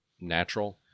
natural